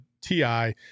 TI